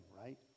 right